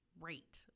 rate